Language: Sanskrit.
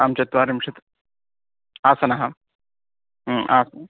आं चत्वारिंशत् आसनानि आसनं